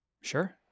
Sure